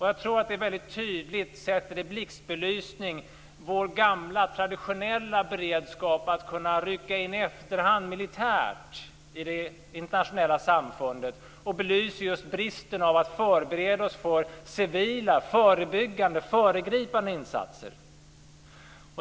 Jag tror att det väldigt tydligt sätter i blixtbelysning vår gamla traditionella beredskap att kunna rycka in i efterhand militärt i det internationella samfundet. Det belyser just bristen på civila, förebyggande och föregripande insatser.